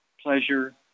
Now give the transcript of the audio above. pleasure